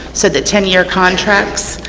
so the ten year contract